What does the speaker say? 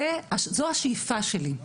זו השאיפה שלי.